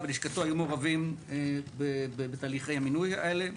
ולשכתו היו מעורבים בתהליכי המינוי האלה.